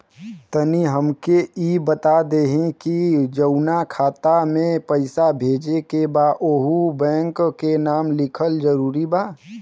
तनि हमके ई बता देही की जऊना खाता मे पैसा भेजे के बा ओहुँ बैंक के नाम लिखल जरूरी बा?